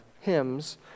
hymns